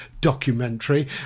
documentary